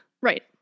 right